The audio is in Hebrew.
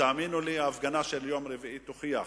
תאמינו לי, ההפגנה של יום רביעי תוכיח